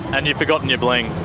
and you've forgotten your bling.